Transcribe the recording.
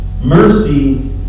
mercy